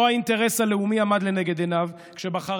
לא האינטרס הלאומי עמד לנגד עיניו כשבחר